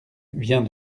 vient